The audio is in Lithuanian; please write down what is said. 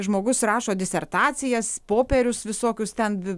žmogus rašo disertacijas popierius visokius ten